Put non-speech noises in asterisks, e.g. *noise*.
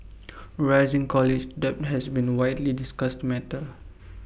*noise* rising college debt has been A widely discussed matter